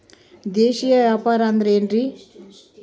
ದೇಶೇಯ ವ್ಯಾಪಾರ ಅಂದ್ರೆ ಏನ್ರಿ?